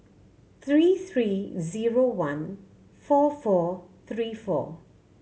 three three zero one four four three four